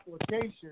application